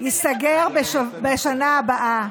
ייסגר בשנה הבאה,